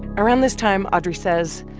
around this time, audrey says,